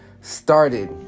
started